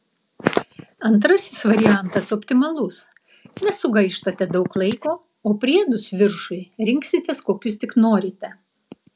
antrasis variantas optimalus nesugaištate daug laiko o priedus viršui rinksitės kokius tik norite